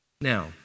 Now